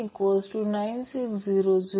SV1I1V2I29